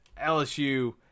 LSU